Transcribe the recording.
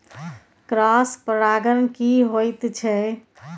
Cross परागण की होयत छै?